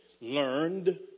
Learned